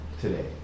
today